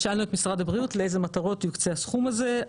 שאלנו את משרד הבריאות לאילו מטרות יוקצה הסכום הזה?